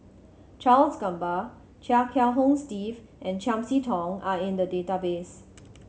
Charles Gamba Chia Kiah Hong Steve and Chiam See Tong are in the database